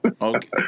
okay